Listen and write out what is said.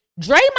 draymond